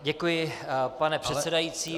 Děkuji, pane předsedající.